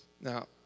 Now